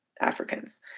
Africans